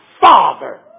Father